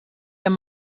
amb